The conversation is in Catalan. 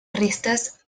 restes